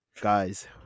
guys